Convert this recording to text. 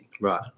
right